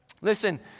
Listen